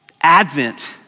Advent